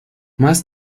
más